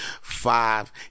five